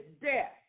death